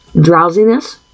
drowsiness